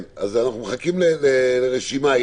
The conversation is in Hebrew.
אנחנו מחכים לרשימה.